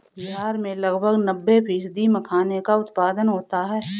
बिहार में लगभग नब्बे फ़ीसदी मखाने का उत्पादन होता है